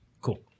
Cool